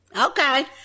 Okay